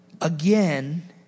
Again